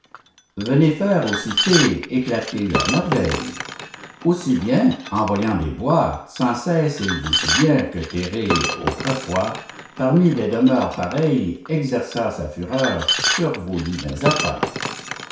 venez faire aux cités éclater leurs merveilles aussi bien en voyant les bois sans cesse il vous souvient que térée autrefois parmi des demeures pareilles exerça sa fureur sur vos divins appas